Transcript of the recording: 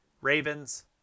Ravens